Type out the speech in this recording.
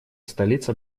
столица